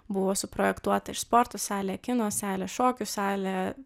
buvo suprojektuota ir sporto salė kino salės šokių salė